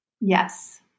Yes